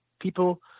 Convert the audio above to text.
people